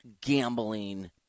gambling